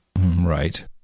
Right